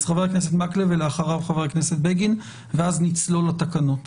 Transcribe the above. אז חבר הכנסת מקלב ולאחריו חבר הכנסת בגין ואז נצלול לתקנות.